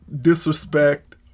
disrespect